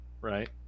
right